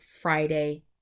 Friday